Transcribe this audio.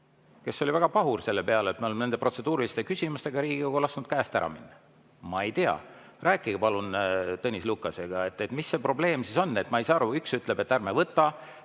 kes oli väga pahur selle peale, et me oleme nende protseduuriliste küsimustega Riigikogu lasknud käest ära minna. Ma ei tea, rääkige palun Tõnis Lukasega, mis see probleem siis on. Ma ei saa aru, üks ütleb, et ärme võtame,